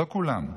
לא כולם,